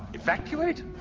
Evacuate